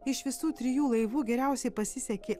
iš visų trijų laivų geriausiai pasisekė